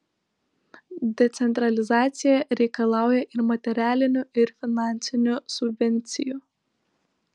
decentralizacija reikalauja ir materialinių ir finansinių subvencijų